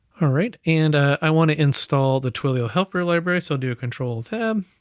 alright, and i want to install the twilio helper library. so i'll do a control tab,